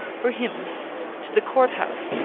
for him to the court-house,